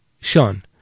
Sean